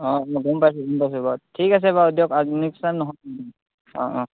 অঁ মই গম পাইছোঁ গম পাইছোঁ বাৰু ঠিক আছে বাৰু দিয়ক নেক্সট টাইম নহয় অঁ অঁ